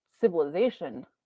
civilization